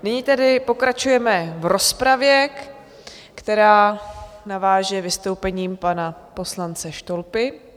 Nyní tedy pokračujeme v rozpravě, která naváže vystoupením pana poslance Štolpy.